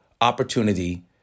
opportunity